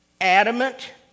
adamant